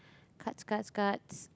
cards cards cards